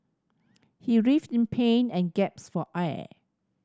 he writhed in pain and gasped for air